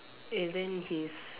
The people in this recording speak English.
and then his